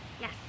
Yes